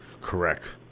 Correct